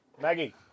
Maggie